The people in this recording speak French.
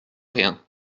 rien